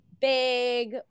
big